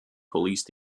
police